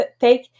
take